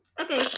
Okay